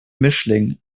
mischling